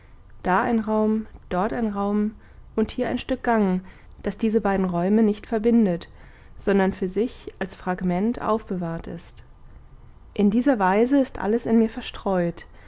da ein raum dort ein raum und hier ein stück gang das diese beiden räume nicht verbindet sondern für sich als fragment aufbewahrt ist in dieser weise ist alles in mir verstreut